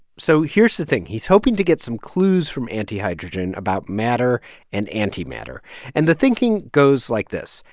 so here's the thing. he's hoping to get some clues from antihydrogen about matter and antimatter. and the thinking goes like this.